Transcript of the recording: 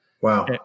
Wow